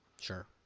Sure